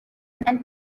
and